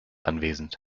anwesend